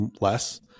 less